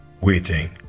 waiting